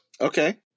Okay